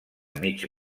mig